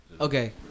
Okay